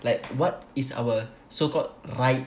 like what is our so called rite